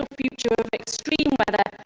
future but of extreme but